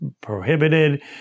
prohibited